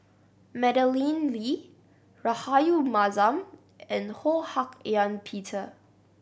Madeleine Lee Rahayu Mahzam and Ho Hak Ean Peter